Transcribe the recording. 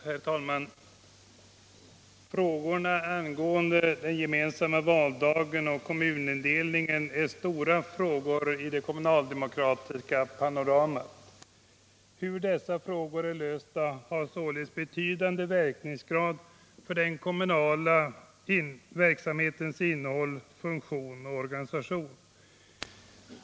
Herr talman! Frågorna om den gemensamma valdagen och kommunindelningen är viktiga i det kommunaldemokratiska panoramat. Hur dessa frågor löses har således stor betydelse för den kommunala verksamhetens innehåll, funktion och organisation.